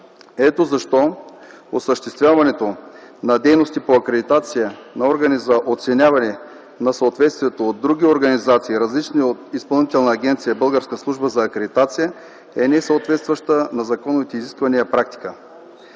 Ето защо осъществяването на дейности по акредитация на органи за оценяване на съответствието от други организации, различни от Изпълнителна агенция „Българска служба за акредитация”, е не съответстваща на законовите изисквания практика.